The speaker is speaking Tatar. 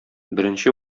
беренче